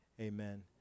Amen